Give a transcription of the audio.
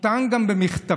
הוא טען גם במכתביו,